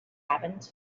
happened